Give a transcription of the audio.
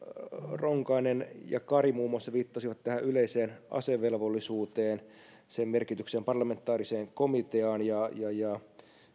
ronkainen ja kari muun muassa viittasivat tähän yleiseen asevelvollisuuteen sen merkitykseen ja parlamentaariseen komiteaan ja ja